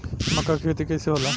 मका के खेती कइसे होला?